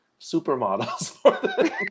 supermodels